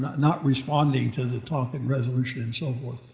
not responding to the tonkin resolution and so forth.